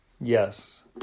Yes